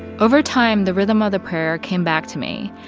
over time, the rhythm of the prayer came back to me.